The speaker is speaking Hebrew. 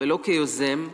ולא כיוזם.